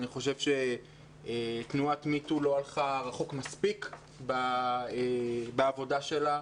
אני חושב שתנועת me too לא הלכה רחוק מספיק בעבודה שלה.